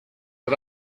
but